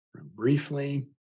briefly